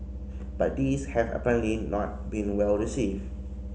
but these have apparently not been well received